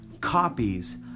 copies